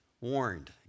warned